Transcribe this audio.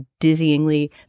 dizzyingly